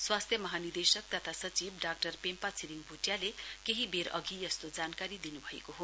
स्वास्थ्य महानिर्देशक तथा सचिव डाक्टर पेम्पा छिरिङ भुटियाले यस्तो जानकारी दिनु भएको हो